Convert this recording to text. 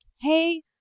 hey